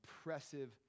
impressive